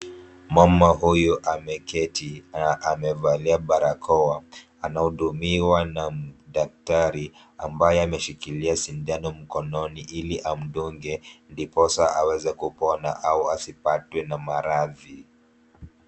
Mama huyu ameketi na amevalia barakoa, anahudumiwa na daktari ambaye ameshikilia sindano mkononi ili amdunge ndiposa aweze kupona au asipatwe na maradhi.